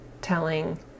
telling